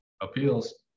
appeals